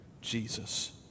Jesus